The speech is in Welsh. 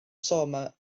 sôn